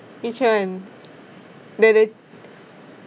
which one th~ the